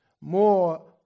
more